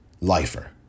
lifer